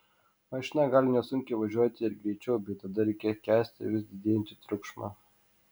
mašina gali nesunkiai važiuoti ir greičiau bet tada reikia kęsti vis didėjantį triukšmą